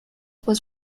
was